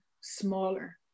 smaller